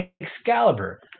Excalibur